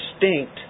distinct